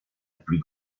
plus